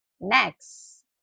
Next